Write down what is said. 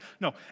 No